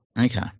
Okay